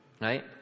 right